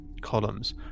columns